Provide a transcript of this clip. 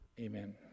Amen